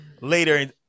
later